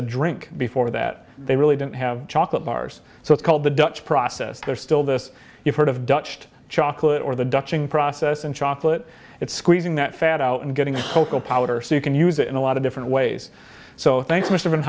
a drink before that they really didn't have chocolate bars so it's called the dutch process there's still this you've heard of dutch chocolate or the dutch ing process and chocolate it's squeezing that fat out and getting a cocoa powder so you can use it in a lot of different ways so